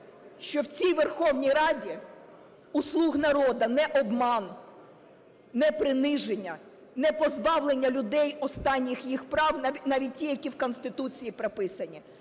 що в цій Верховній Раді у "слуг народну" не обман, не приниження, не позбавлення людей останніх їх прав, навіть ті, які в Конституції прописані,